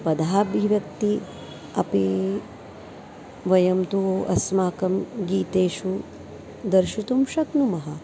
पदाभिव्यक्ति अपि वयं तु अस्माकं गीतेषु दर्शितुं शक्नुमः